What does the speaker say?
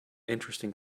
interesting